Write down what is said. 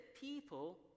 people